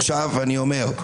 עכשיו אני אומר: